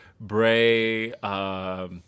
Bray